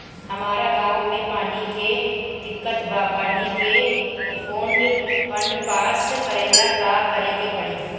हमरा गॉव मे पानी के दिक्कत बा पानी के फोन्ड पास करेला का करे के पड़ी?